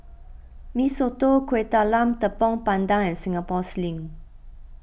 Mee Soto Kuih Talam Tepong Pandan and Singapore Sling